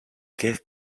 gave